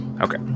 Okay